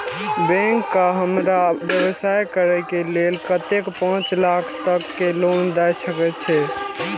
Bank का हमरा व्यवसाय करें के लेल कतेक पाँच लाख तक के लोन दाय सके छे?